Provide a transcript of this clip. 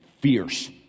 fierce